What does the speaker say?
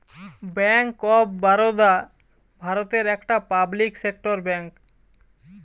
bank of Baroda ভারতের একটা public sector bank